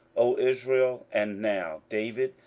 o israel and now, david,